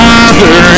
Father